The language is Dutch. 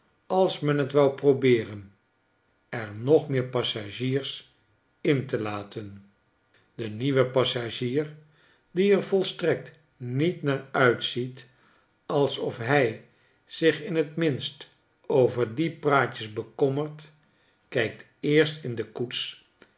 als men t wou probeeren er nog meer passagiers in te laten de nieuwe passagier die er volstrekt niet naar uitziet alsof hij zich in t minst over die praatjes bekommert kijk eerst in de koets